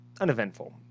uneventful